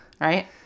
Right